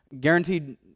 guaranteed